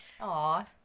Aw